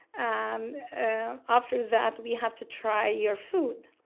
um ah after that we have to try your food.